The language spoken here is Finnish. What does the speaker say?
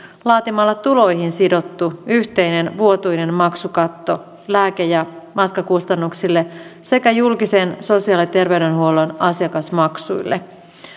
laatimalla tuloihin sidottu yhteinen vuotuinen maksukatto lääke ja matkakustannuksille sekä julkisen sosiaali ja terveydenhuollon asiakasmaksuille